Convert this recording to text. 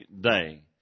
day